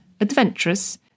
adventurous